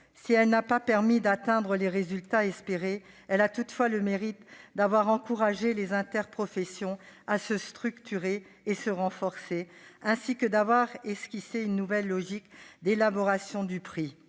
Si elle n'a pas permis d'atteindre les résultats espérés, elle a toutefois le mérite d'avoir encouragé les interprofessions à se structurer et se renforcer, tout en esquissant une nouvelle logique d'élaboration du prix.